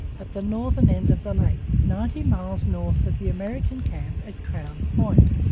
at the northern end of the lake, ninety miles north of the american camp at crown point.